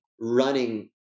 running